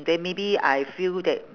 then maybe I feel that